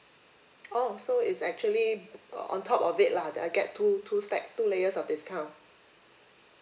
oh so is actually bu~ uh on top of it lah that I get two two stake two layers of discount